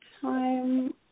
time